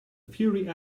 fury